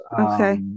Okay